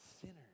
sinners